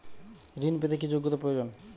ঋণ পেতে কি যোগ্যতা প্রয়োজন?